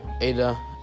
Ada